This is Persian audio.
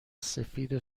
سفید